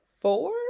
four